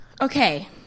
Okay